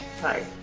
Hi